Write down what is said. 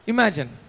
Imagine